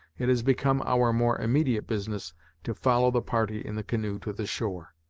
it has become our more immediate business to follow the party in the canoe to the shore.